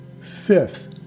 Fifth